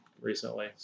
recently